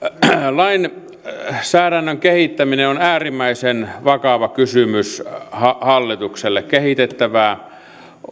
lainsäädännön kehittäminen on äärimmäisen vakava kysymys hallitukselle kehitettävää